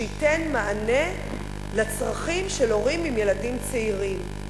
שייתן מענה לצרכים של הורים עם ילדים צעירים,